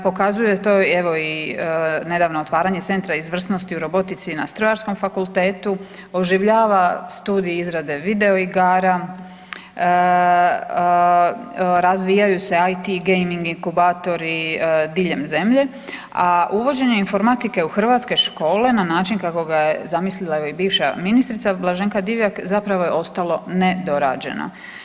Pokazuje to evo i nedavno otvaranje centra izvrsnosti u robotici na Strojarskom fakultetu, oživljava studij izrade video igara, razvijaju se IT gaming inkubatori diljem zemlje, a uvođenje informatike u hrvatske škole na način kako ga je zamislila i bivša ministra Blaženka Divjak zapravo je ostalo nedorađeno.